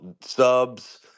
Subs